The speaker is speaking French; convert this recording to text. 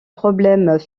problèmes